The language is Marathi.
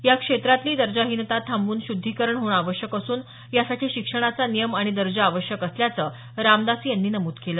या क्षेत्रातली दर्जाहीनता थांबवून शुद्धीकरण होणं आवश्यक असून यासाठी शिक्षणाचा नियम आणि दर्जा आवश्यक असल्याचं रामदासी यांनी नमूद केलं